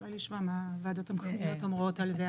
אולי נשמע מה הוועדות המקומיות אומרות על זה,